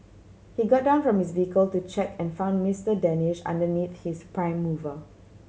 he got down from his vehicle to check and found Mister Danish underneath his prime mover